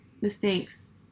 mistakes